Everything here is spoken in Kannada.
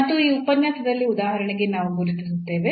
ಮತ್ತು ಈಗ ಈ ಉಪನ್ಯಾಸದಲ್ಲಿ ಉದಾಹರಣೆಗೆ ನಾವು ಗುರುತಿಸುತ್ತೇವೆ